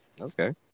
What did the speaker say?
Okay